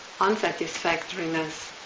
unsatisfactoriness